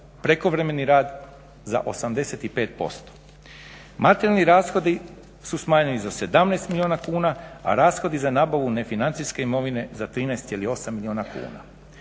prekovremeni za 85%. Materijalni rashodi su smanjeni za 17 milijuna kuna a rashodi za nabavu nefinancijske imovine za 13,8 milijuna kuna.